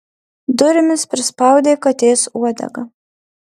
durimis prispaudė katės uodegą